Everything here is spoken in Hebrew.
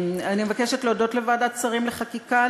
אני מבקשת להודות לוועדת השרים לחקיקה,